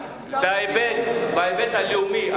בהיבט הלאומי,